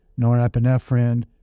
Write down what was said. norepinephrine